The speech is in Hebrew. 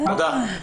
תודה.